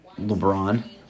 LeBron